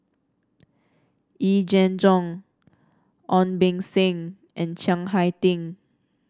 Yee Jenn Jong Ong Beng Seng and Chiang Hai Ding